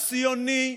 ציוני,